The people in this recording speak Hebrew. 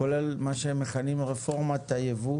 כולל מה שהם מכנים רפורמת הייבוא